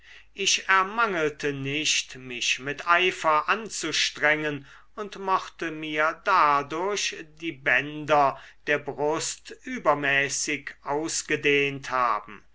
ich ermangelte nicht mich mit eifer anzustrengen und mochte mir dadurch die bänder der brust übermäßig ausgedehnt haben